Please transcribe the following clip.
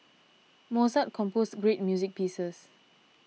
Mozart composed great music pieces